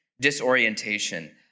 disorientation